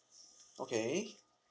okay